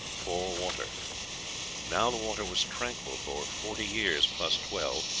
four water now the water was tranquil for forty years, plus twelve,